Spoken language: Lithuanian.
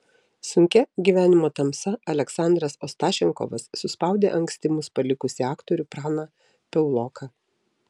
sunkia gyvenimo tamsa aleksandras ostašenkovas suspaudė anksti mus palikusį aktorių praną piauloką